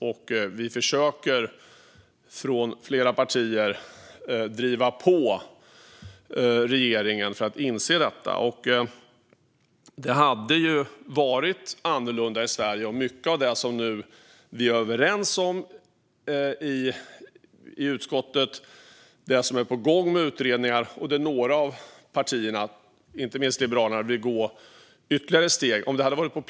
Från flera partier försöker vi driva på regeringen att inse detta. Det hade varit annorlunda i Sverige om mycket av vad vi i utskottet är överens om och som nu är på gång i utredningar redan hade varit på plats för redan 10 eller 15 år sedan, när vi såg denna utveckling komma.